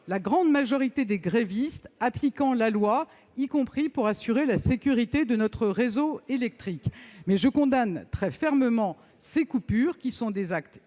la grande majorité des grévistes appliquant la loi, y compris pour assurer la sécurité de notre réseau électrique. Mais je condamne très fermement ces coupures, qui sont des actes